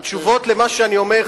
התשובות למה שאני אומר,